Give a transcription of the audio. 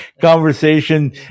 conversation